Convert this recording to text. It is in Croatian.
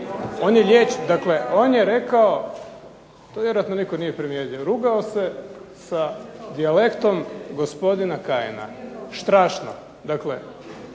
on je rekao, to vjerojatno nitko nije primjetio. Rugao se sa dijalektom gospodina Kajina, štrašno.